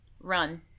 Run